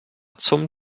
zum